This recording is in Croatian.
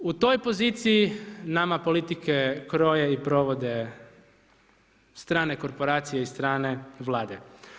U toj poziciji nama politike kroje i provode stane korporacije i strane vlade.